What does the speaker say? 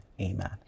amen